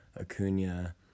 Acuna